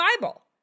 Bible